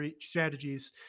strategies